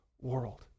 world